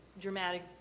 dramatic